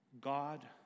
God